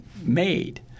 made